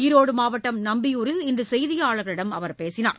ஈரோடு மாவட்டம் நம்பியூரில் இன்று செய்தியாளர்களிடம் அவர் பேசினார்